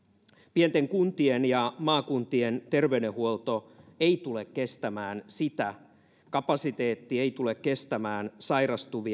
pienten kuntien ja maakuntien terveydenhuolto ei tule kestämään sitä kapasiteetti ei tule kestämään sairastuvia